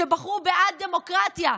שבחרו בעד דמוקרטיה,